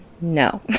no